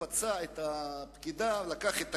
פצע את הפקידה, לקח את הכסף,